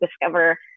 discover